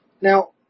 Now